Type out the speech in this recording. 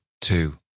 two